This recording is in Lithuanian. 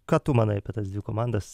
ką tu manai apie tas dvi komandas